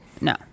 No